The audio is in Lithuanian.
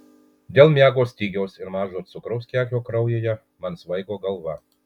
dėl miego stygiaus ir mažo cukraus kiekio kraujyje man svaigo galva